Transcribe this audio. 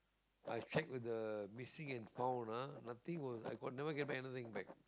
I check with the missing and found ah nothing will I never get back anything back